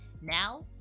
now